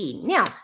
now